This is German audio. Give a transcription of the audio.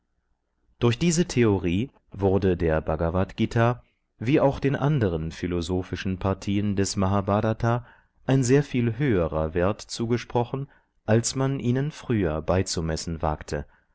durch diese theorie wurde der bhagavadgt wie auch den anderen philosophischen partien des mahbhrata ein sehr viel höherer wert zugesprochen als man ihnen früher beizumessen wagte